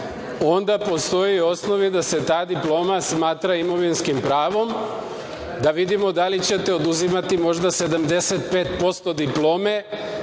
onda postoji osnove da se ta diploma smatra imovinskim pravom, da vidimo da li ćete oduzimati možda 75% diplome